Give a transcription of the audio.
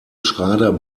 schrader